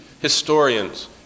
historians